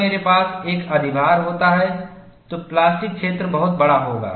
जब मेरे पास एक अधिभार होता है तो प्लास्टिक क्षेत्र बहुत बड़ा होगा